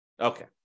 Okay